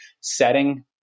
setting